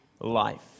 life